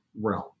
realm